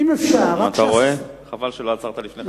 אתה רואה, חבל שלא עצרת לפני זה.